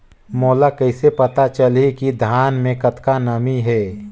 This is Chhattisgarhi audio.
मोला कइसे पता चलही की धान मे कतका नमी हे?